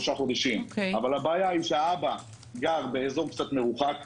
חודשים אבל הבעיה היא שהאבא גר באזור קצת מרוחק,